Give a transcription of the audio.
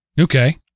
Okay